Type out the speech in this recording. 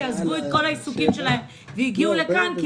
שעזבו את כל העיסוקים שלהם והגיעו לכאן כי